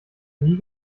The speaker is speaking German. nie